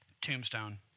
Tombstone